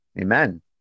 Amen